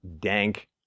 dank